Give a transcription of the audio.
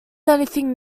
anything